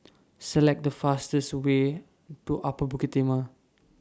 Select The fastest Way to Upper Bukit Timah